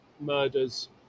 murders